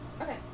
Okay